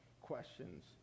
questions